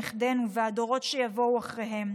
נכדינו והדורות שיבואו אחריהם.